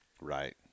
Right